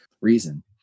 reason